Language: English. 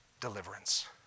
deliverance